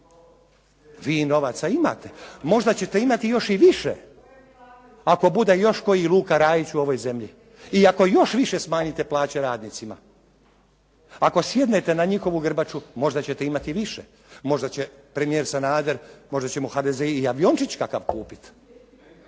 Vi novaca imate. Možda ćete imati još i više ako bude još koji Luka Rajić u ovoj zemlji i ako još više smanjite plaće radnicima. Ako sjednete na njihovu grbaču, možda ćete imati više. Možda će premijer Sanader, možda će mu HDZ i aviončić kakav kupiti